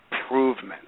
improvement